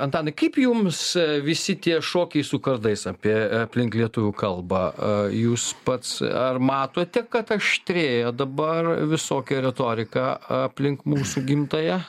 antanai kaip jums visi tie šokiai su kardais apie aplink lietuvių kalbą a jūs pats ar matote kad aštrėja dabar visokių retorika aplink mūsų gimtąją